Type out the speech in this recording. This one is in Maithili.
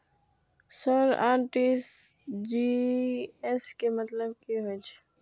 सर आर.टी.जी.एस के मतलब की हे छे?